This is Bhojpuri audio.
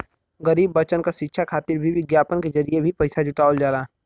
गरीब बच्चन क शिक्षा खातिर भी विज्ञापन के जरिये भी पइसा जुटावल जाला